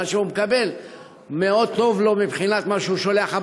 מה שהוא מקבל מאוד טוב לו מבחינת מה שהוא שולח הביתה,